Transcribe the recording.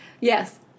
Yes